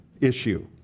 issue